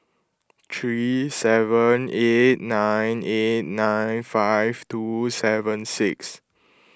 three seven eight nine eight nine five two seven six